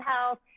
health